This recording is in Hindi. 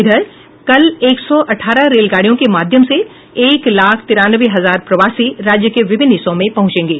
इधर कल एक सौ अठारह रेलगाड़ियों के माध्यम से एक लाख तिरानवे हजार प्रवासी राज्य के विभिन्न हिस्सों में पहुंचेंगे